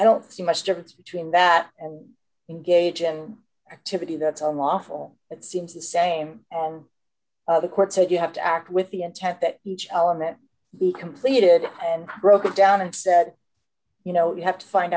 i don't see much difference between that and engage him activity that's a lawful it seems the same on the court so you have to act with the intent that each element be completed and broken down and said you know you have to find